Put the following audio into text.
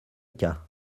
cas